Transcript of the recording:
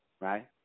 Right